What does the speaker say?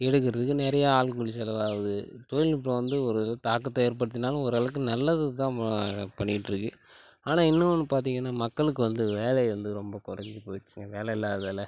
எடுக்கிறதுக்கு நிறையா ஆள் கூலி செலவாகுது தொழில்நுட்பம் வந்து ஒரு தாக்கத்தை ஏற்படுத்தினாலும் ஓரளவுக்கு நல்லதுதான் ம பண்ணிட்டுருக்கு ஆனால் இன்னொன்று பார்த்தீங்கன்னா மக்களுக்கு வந்து வேலை வந்து ரொம்ப கொறைஞ்சி போய்டுச்சுங்க வேலை இல்லாததால்